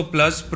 Plus